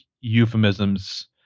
euphemisms